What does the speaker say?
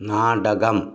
നാടകം